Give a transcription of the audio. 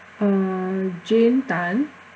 uh jane tan